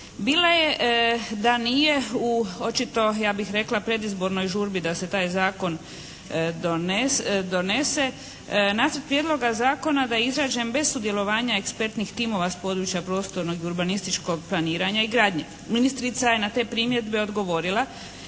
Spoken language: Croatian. bila je da nije u očito ja bih rekla predizbornoj žurbi da se taj zakon donese, nacrt prijedloga zakona da je izrađen bez sudjelovanja ekspertnih timova iz područja prostornog i urbanističkog planiranja i gradnje. Ministrica je na te primjedbe odgovorila